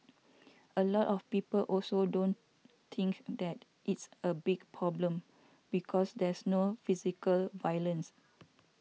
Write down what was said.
a lot of people also don't think that it's a big problem because there's no physical violence